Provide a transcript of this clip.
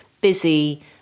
busy